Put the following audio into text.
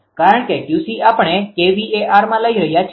કારણ કે 𝑄𝐶 આપણે kVArમાં લઇ રહ્યા છીએ